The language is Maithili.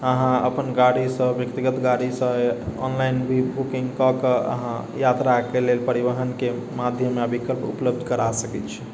अहाँ अपन गाड़ीसँ व्यक्तिगत गाड़ीसँ ऑनलाइन भी बुकिंग कऽ के अहाँ यात्राके लेल परिवहनके माध्यम विकल्प उपलब्ध करा सकै छी